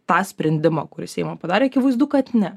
tą sprendimą kuris seimo padarė akivaizdu kad ne